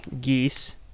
geese